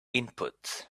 inputs